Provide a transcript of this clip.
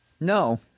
No